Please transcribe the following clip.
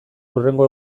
hurrengo